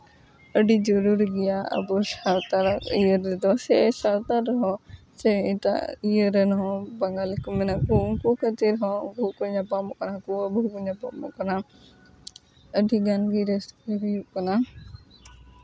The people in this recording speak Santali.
ᱟᱹᱰᱤ ᱡᱩᱨᱩᱨᱤ ᱜᱮᱭᱟ ᱟᱵᱚ ᱥᱟᱶᱛᱟ ᱤᱭᱟᱹ ᱨᱮᱫᱚ ᱥᱮ ᱥᱟᱶᱛᱟ ᱨᱮᱦᱚᱸ ᱥᱮ ᱮᱴᱟᱜ ᱤᱭᱟᱹ ᱨᱮᱱ ᱦᱚᱸ ᱵᱟᱝᱜᱟᱞᱤ ᱠᱚ ᱢᱮᱱᱟᱜ ᱠᱚᱣᱟ ᱩᱱᱠᱩ ᱠᱷᱟᱹᱛᱤᱨ ᱦᱚᱸ ᱩᱱᱠᱩ ᱠᱚ ᱧᱟᱯᱟᱢᱚᱜ ᱠᱟᱱᱟ ᱠᱚ ᱟᱵᱚ ᱦᱚᱸᱵᱚᱱ ᱧᱟᱯᱟᱢᱚᱜ ᱠᱟᱱᱟ ᱟᱹᱰᱤᱜᱟᱱ ᱜᱮ ᱨᱟᱹᱥᱠᱟᱹ ᱦᱩᱭᱩᱜ ᱠᱟᱱᱟ